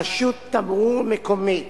רשות תמרור מקומית